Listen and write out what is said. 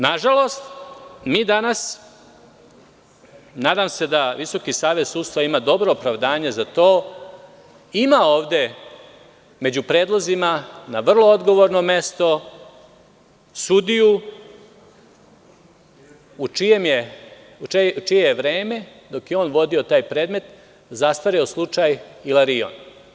Nadam se da Visoki savet sudstva ima dobro opravdanje za to, ima ovde među predlozima na vrlo odgovorno mesto sudiju u čije vreme dok je on vodio taj predmet zastario slučaj „Ilarion“